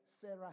Sarah